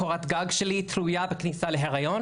קורת הגג שלי תלויה בכניסה להיריון.